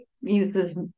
uses